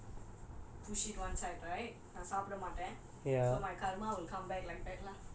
எப்போவாவது:eppovavathu ah ma cook or [what] I will just like push it one side right நான் சாப்பிட மாட்டேன்:naan saapida mataen